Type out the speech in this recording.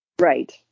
Right